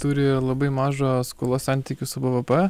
turi labai mažą skolos santykį su bvp